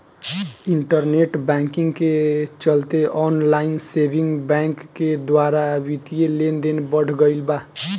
internet banking के चलते online saving bank के द्वारा बित्तीय लेनदेन बढ़ गईल बा